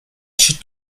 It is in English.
should